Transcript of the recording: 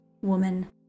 woman